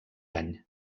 any